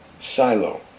silo